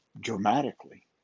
dramatically